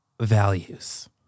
values